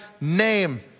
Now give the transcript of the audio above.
name